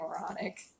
moronic